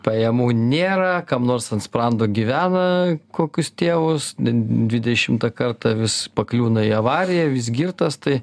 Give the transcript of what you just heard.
pajamų nėra kam nors ant sprando gyvena kokius tėvus ten dvidešimtą kartą vis pakliūna į avariją vis girtas tai